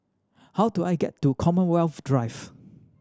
how do I get to Commonwealth Drive